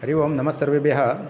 हरि ओम् नमः सर्वेभ्यः